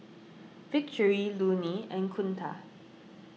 Victory Lonny and Kunta